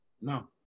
No